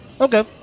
Okay